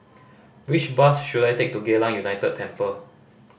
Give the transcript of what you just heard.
which bus should I take to Geylang United Temple